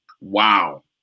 Wow